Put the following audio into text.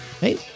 hey